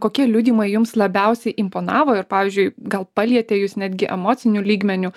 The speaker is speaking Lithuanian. kokie liudijimai jums labiausiai imponavo ir pavyzdžiui gal palietė jus netgi emociniu lygmeniu